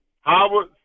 Howard